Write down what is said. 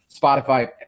Spotify